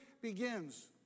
begins